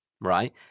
right